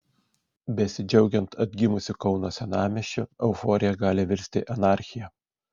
besidžiaugiant atgimusiu kauno senamiesčiu euforija gali virsti anarchija